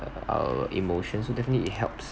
our emotions it definitely helps